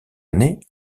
année